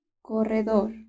corredor